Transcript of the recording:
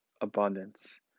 abundance